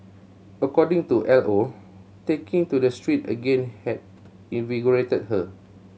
according to L O taking to the street again had invigorated her